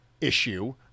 issue